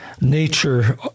nature